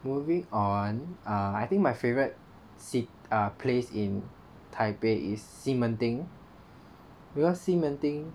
moving on err I think my favourite err place in taipei is 西门町 because 西门町